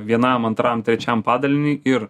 vienam antram trečiam padaliniui ir